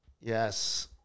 Yes